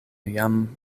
jam